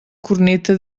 corneta